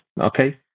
okay